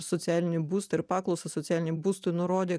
socialinį būstą ir paklausą socialiniam būstui nurodė